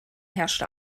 herrschte